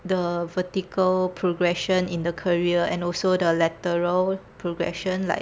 the vertical progression in the career and also the lateral progression like